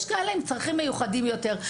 יש כאלה עם צרכים מיוחדים יותר.